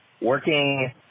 working